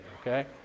okay